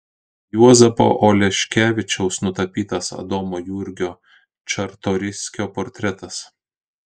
juozapo oleškevičiaus nutapytas adomo jurgio čartoriskio portretas